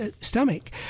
stomach